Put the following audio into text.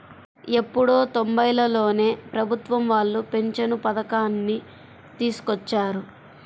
ఎప్పుడో తొంబైలలోనే ప్రభుత్వం వాళ్ళు పింఛను పథకాన్ని తీసుకొచ్చారు